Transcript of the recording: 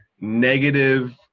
negative